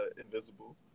invisible